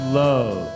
love